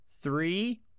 Three